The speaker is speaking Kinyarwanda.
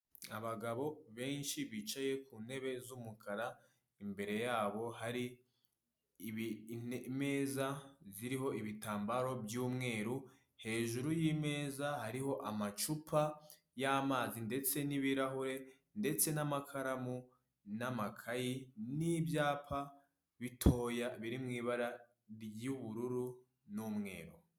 Ukoresheje ikorana buhanga byagutabara nyamara igihe utashye wibereye mu rugo ukabona nk’ agapantaro ukabura uko ukagura wenda kujya k’isoko ushobora kukwereka umuntu agahita akubwira kagurira aha n'aha ugahita ukakishyura agahita kakuzanira rwose.